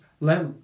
let